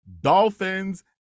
Dolphins